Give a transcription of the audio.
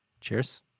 Cheers